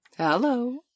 Hello